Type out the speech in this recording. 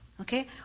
okay